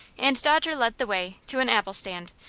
and dodger led the way to an apple-stand,